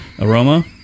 Aroma